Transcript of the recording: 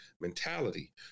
mentality